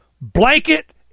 Blanket